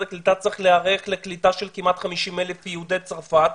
הקליטה צריך להיערך לקליטה של כמעט 50,000 יהודי צרפת,